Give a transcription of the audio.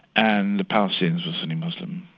and the palestinians were sunni muslim.